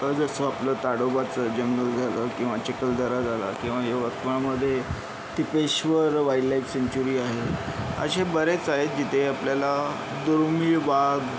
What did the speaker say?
तर जसं आपलं ताडोबाचं जंगल झालं किंवा चिखलदरा झाला किंवा यवतमाळमध्ये टिपेश्वर वाईल्डलाईफ सेन्चुरी आहे असे बरेच आहेत जिथे आपल्याला दुर्मीळ वाघ